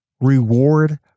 reward